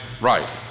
Right